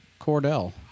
Cordell